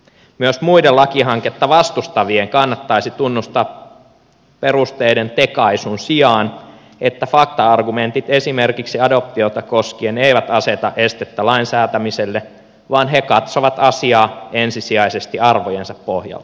myös muiden lakihanketta vastustavien kannattaisi tunnustaa perusteiden tekaisun sijaan että fakta argumentit esimerkiksi adoptiota koskien eivät aseta estettä lain säätämiselle vaan he katsovat asiaa ensisijaisesti arvojensa pohjalta